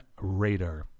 Radar